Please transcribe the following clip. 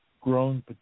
grown